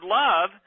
love